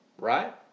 right